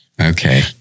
okay